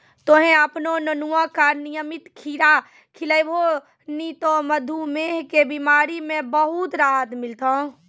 तोहॅ आपनो नुनुआ का नियमित खीरा खिलैभो नी त मधुमेह के बिमारी म बहुत राहत मिलथौं